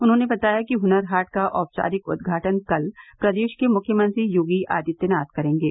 उन्होंने बताया कि हुनर हाट का औपचारिक उद्घाटन कल प्रदेश के मुख्यमंत्री योगी आदित्यनाथ करेंगे